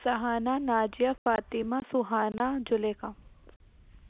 Suhana Najiya Fatima Suhana Zulaikha